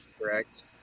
correct